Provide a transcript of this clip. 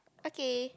okay